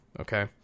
okay